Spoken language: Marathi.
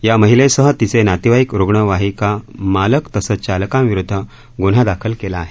या महिलेसह तिचे नातेवाईक रुग्णवाहिका मालक तसंच चालकाविरुद्ध ग्न्हा दाखल केला आहे